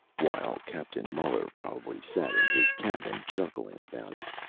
while captain muller probably sat in his cabin chuckling about it.